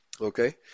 Okay